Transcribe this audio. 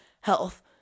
health